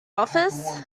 office